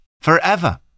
forever